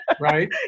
right